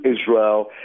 Israel